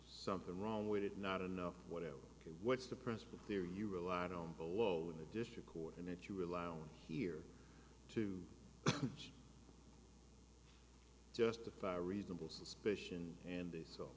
something wrong with it not enough whatever what's the principle there you relied on below in the district court and it you rely on here to justify reasonable suspicion and they s